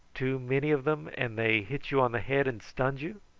too many of them, and they hit you on the head and stunned you?